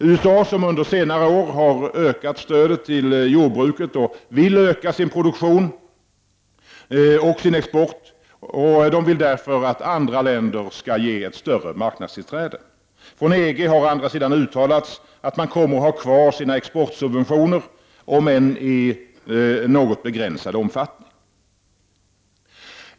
USA, som under senare år har ökat stödet till jordbruket och vill öka sin produktion och export, vill därför att andra länder skall ge dem ett större marknadstillträde. Från EG har å andra sidan uttalats att man kommer att ha kvar sina exportsubventioner, om än i något begränsad omfattning.